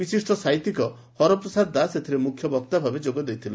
ବିଶିଷ୍ଟ ସାହିତ୍ୟିକ ହରପ୍ରସାଦ ଦାସ ଏଥିରେ ମୁଖ୍ୟ ବକ୍ତାଭାବେ ଯୋଗଦେଇଥିଲେ